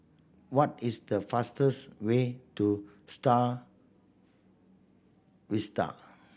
what is the fastest way to Star Vista